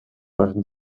werd